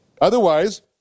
Otherwise